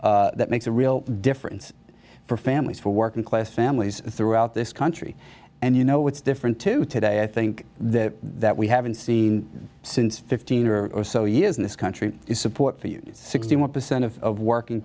that makes a real difference for families for working class families throughout this country and you know what's different to today i think that that we haven't seen since fifteen or so years in this country support for you sixty one percent of working